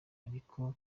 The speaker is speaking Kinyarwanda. ariko